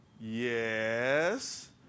Yes